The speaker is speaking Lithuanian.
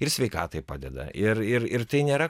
ir sveikatai padeda ir ir ir tai nėra